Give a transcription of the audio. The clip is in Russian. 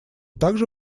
также